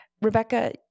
Rebecca